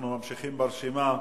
אנחנו ממשיכים ברשימה,